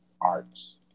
arts